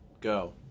Go